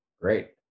great